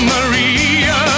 Maria